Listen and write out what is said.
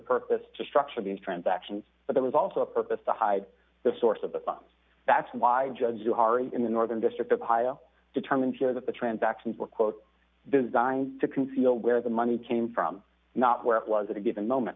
purpose to structure these transactions but there was also a purpose to hide the source of the funds that's why judge in the northern district of ohio determined here that the transactions were quote designed to conceal where the money came from not where it was at a given moment